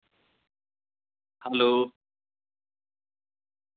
hello